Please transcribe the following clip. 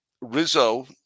Rizzo